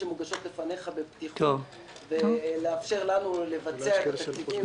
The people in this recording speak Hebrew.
שמוגשות לפניך בפתיחות ולאפשר לנו לבצע את התקציבים.